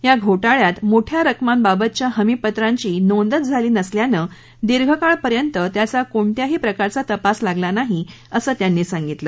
या घोटाळयात मोठया रकमांबाबतच्या हमीपत्रांची नोंदच झाली नसल्यानं दीर्घकाळपर्यंत त्याचा कोणत्याही प्रकारचा तपास लागला नाही असं त्यांनी सांगितलं